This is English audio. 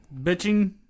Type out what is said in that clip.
bitching